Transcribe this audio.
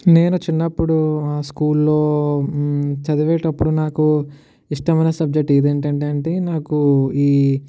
నేను చిన్నప్పుడు స్కూల్లో చదివేటప్పుడు నాకు ఇష్టమైన సబ్జెక్ట్ ఏది అంటే అంటే అంటి నాకు ఈ